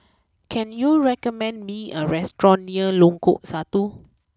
can you recommend me a restaurant near Lengkong Satu